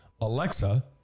Alexa